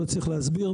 לא צריך להסביר,